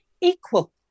Equal